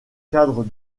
cadre